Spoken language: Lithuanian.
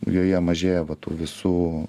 joje mažėja va tų visų